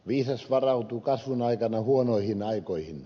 viisas varautuu kasvun aikana huonoihin aikoihin